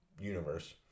universe